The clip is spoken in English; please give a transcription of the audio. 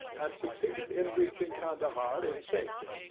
and succeeded in reaching candahar in safety,